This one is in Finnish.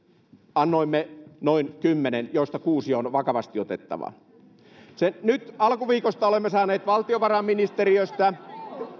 annoimme noin kymmenen joista kuusi on vakavasti otettavia nyt alkuviikosta olemme saaneet valtiovarainministeriöstä